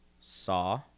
saw